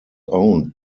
owned